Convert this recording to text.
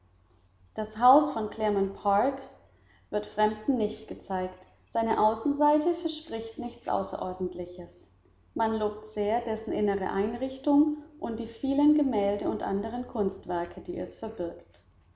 das haus von claremont park wird fremden nicht gezeigt seine außenseite verspricht nichts außerordentliches man lobt sehr dessen innere einrichtung und die vielen gemälde und anderen kunstwerke die es verbirgt